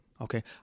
okay